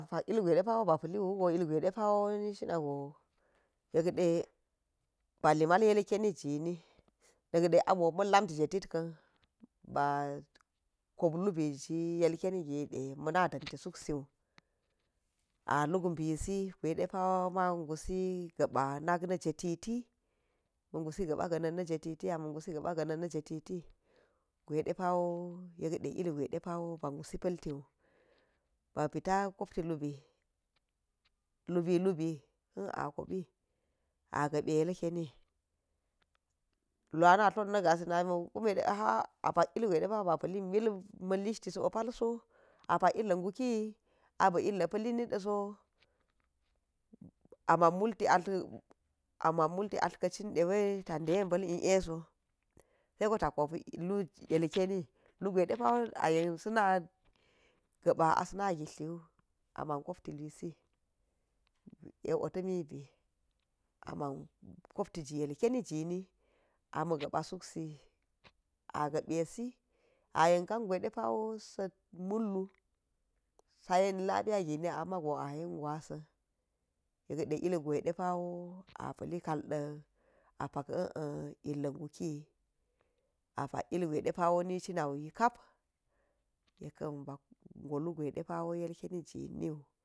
Apak ilgwai ɗa̱pa̱ ba̱ pa̱liugo yekɗe ilgwai ɗepa̱wo niɗa̱go yekɗe ba̱li ma̱l ilkeni jini na̱kde amo ma̱n lamti jetitka̱n, ba̱ kop lubi ji yelkeni gode ma̱na̱ ɗanti suk siwu, aluk bisi gwaiɗepa̱wo ma susi ga̱pa̱ na̱k na̱ jetiti ma̱ gusi ga̱pa̱ ganan na jetiti ama gusi ga̱pa̱ ga̱na̱n na̱ jetiti, gwa̱iɗe pa̱wo yekde ilgwai depa̱wo ba̱ gusi paltiwu ba̱ pita̱ kopti lubi lubi lubi ka̱n a kop a ga̱pe ilkeni, lu ana̱ tlot na̱ ga̱si namiwo kunme hara pa̱k ilgwa̱i ɗepa ba̱, pa̱li mil ma̱n lishit sa̱ o palso a pak illagukiyi abi illa̱ pa̱lli niɗa̱so, ama̱n multi atli ama̱n multi atla kacinɗa̱ wai ta̱ ɗeba̱l ba son saiko ta̱ kop lui ilkeni lugwai ɗepa a yen sa̱na̱ gapa̱ asa̱na̱ girtliti wu, ama̱n kopti luisi, yek o ta̱i bi aman kopti ji ilkeni jini ama ga̱pa̱ suksi a ga̱pesi a yen ka̱ngwa̱i ɗe pawo sa̱ mullu, sa̱ yen lapiya̱ gini ammago ayen gwa̱sa̱n, yekde ugwai ɗepawo a̱ pa̱li kalɗa̱ a pa̱la illa̱ gukiyi apa̱k ilgwai ɗepa̱ ni cina wuyi kap yekkan ba̱go lu gwaiɗepa̱ go lu gwa̱i ilkeni gini.